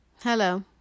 hello